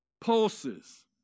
pulses